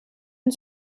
een